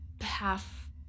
half